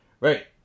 Right